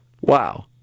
Wow